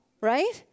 right